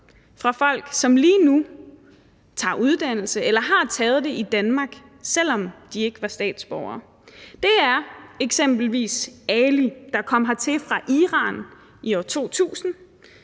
på folk, som lige nu tager uddannelse eller har taget det i Danmark, selv om de ikke var statsborgere. Det er eksempelvis Ali, der kom hertil fra Iran i 2000,